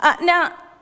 Now